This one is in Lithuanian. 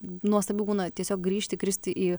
nuostabu būna tiesiog grįžti kristi į